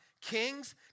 Kings